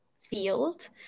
field